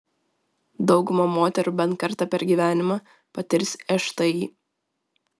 dauguma moterų bent kartą per gyvenimą patirs šti